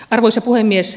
arvoisa puhemies